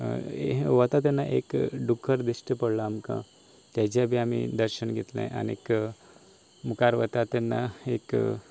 वता तेन्ना एक दुकर दिश्टी पडलो आमकां ताजे बी आमी दर्शन घेतलें आनी मुखार वता तेन्ना एक